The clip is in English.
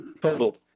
Total